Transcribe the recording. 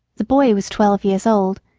the boy was twelve years old,